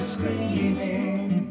Screaming